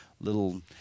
little